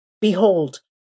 Behold